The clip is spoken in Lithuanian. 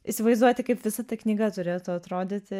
įsivaizduoti kaip visa ta knyga turėtų atrodyti